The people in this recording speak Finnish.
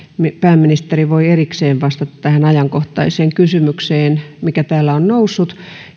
pääministeri voi erikseen vastata tähän ajankohtaiseen kysymykseen mikä täällä on noussut